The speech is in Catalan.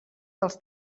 dels